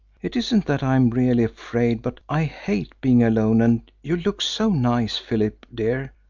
it isn't that i'm really afraid, but i hate being alone, and you look so nice, philip dear.